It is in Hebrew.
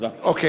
ובכן,